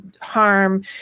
harm